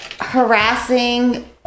harassing